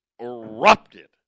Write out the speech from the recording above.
erupted